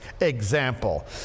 example